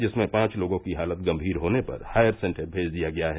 जिसमें पांच लोगों की हालत गम्भीर होने पर हायर सेन्टर भेज दिया गया है